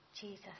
Jesus